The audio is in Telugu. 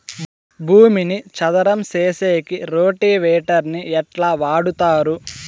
భూమిని చదరం సేసేకి రోటివేటర్ ని ఎట్లా వాడుతారు?